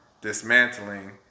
dismantling